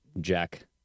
Jack